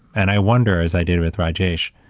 and i wonder, as i did with rajesh,